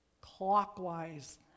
clockwise